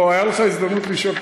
הייתה לך הזדמנות לשאול,